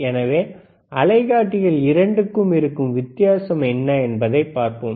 எனவே அலைக்காட்டிகள் இரண்டுக்கும் இருக்கும் வித்தியாசம் என்ன என்பதை பார்ப்போம்